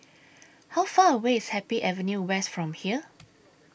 How Far away IS Happy Avenue West from here